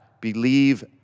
believe